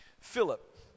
Philip